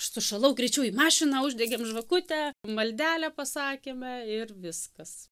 sušalau greičiau į mašiną uždegėm žvakutę maldelę pasakėme ir viskas